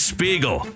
Spiegel